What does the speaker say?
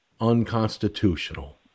unconstitutional